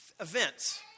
events